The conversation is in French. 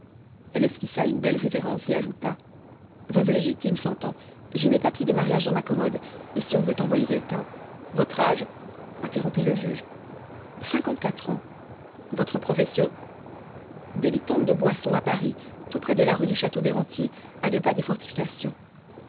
elle esquissa une belle révérence et ajouta veuve légitime s'entend j'ai mes papiers de mariage dans ma commode et si on veut envoyer quelqu'un votre âge interrompit le juge cinquante-quatre ans votre profession débitante de boissons à paris tout près de la rue du château des rentiers à deux pas des fortifications